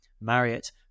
Marriott